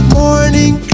morning